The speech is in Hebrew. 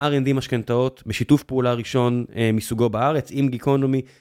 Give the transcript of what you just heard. R&D משכנתאות בשיתוף פעולה ראשון מסוגו בארץ עם גיקונומי.